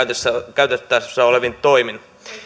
käytettävissä olevin toimin